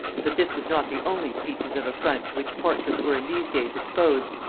that this was not the only species of affront to which portraits were in these days exposed,